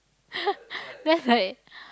that's like